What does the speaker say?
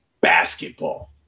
basketball